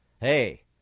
Hey